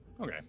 Okay